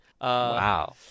Wow